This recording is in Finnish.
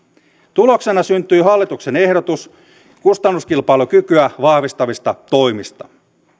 tuloksena syntyi hallituksen ehdotus kustannuskilpailukykyä vahvistavista toimista